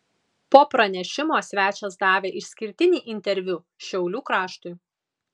po pranešimo svečias davė išskirtinį interviu šiaulių kraštui